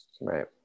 Right